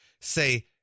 Say